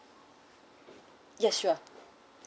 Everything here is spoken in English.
yes sure